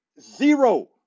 Zero